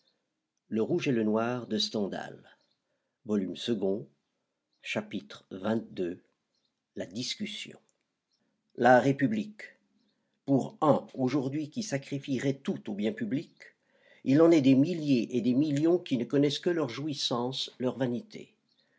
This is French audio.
chapitre xxii la discussion la république pour un aujourd'hui qui sacrifierait tout au bien public il en est des milliers et des millions qui ne connaissent que leurs jouissances leur vanité